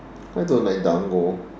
I don't like dango